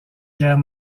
guerre